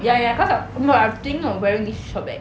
ya ya cause I'm m~ I'm thinking of wearing this short bag